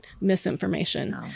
misinformation